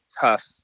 tough